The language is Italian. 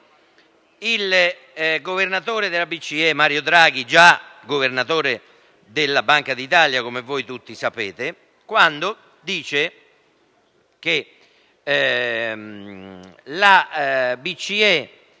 il governatore della BCE Mario Draghi (già Governatore della Banca d'Italia, come voi tutti sapete), quando dice che «la BCE